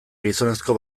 gizonezko